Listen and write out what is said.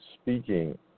speaking